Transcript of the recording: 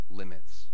limits